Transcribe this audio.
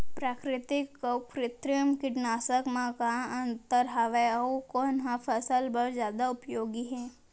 प्राकृतिक अऊ कृत्रिम कीटनाशक मा का अन्तर हावे अऊ कोन ह फसल बर जादा उपयोगी हे?